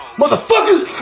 motherfuckers